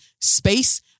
space